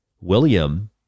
William